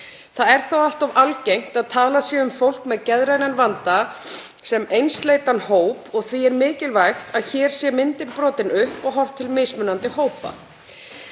Það er þó allt of algengt að talað sé um fólk með geðrænan vanda sem einsleitan hóp og því er mikilvægt að hér sé myndin brotin upp og horft til mismunandi hópa.